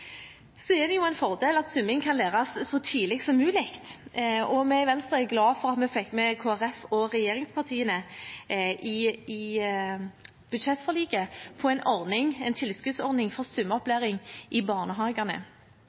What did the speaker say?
så tidlig som mulig, og vi i Venstre er glade for at vi fikk med Kristelig Folkeparti og regjeringspartiene i budsjettforliket på en tilskuddsordning for svømmeopplæring i barnehagene.